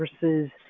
versus